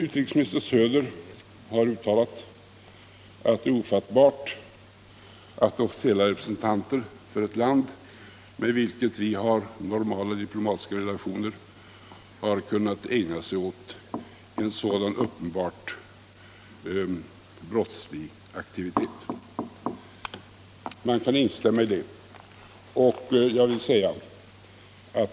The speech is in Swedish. Utrikesminister Söder har uttalat att det är ofattbart att officiella representanter för ett land med vilket vi har normala diplomatiska relationer har kunnat ägna sig åt en sådan uppenbart brottslig aktivitet. Man kan instämma i det.